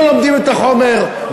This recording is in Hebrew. לא לומדים את החומר,